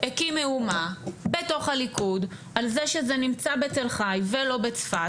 הקים מהומה בתוך הליכוד על זה שזה נמצא בתל חי ולא בצפת,